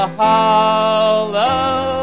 hollow